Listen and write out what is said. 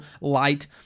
light